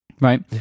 Right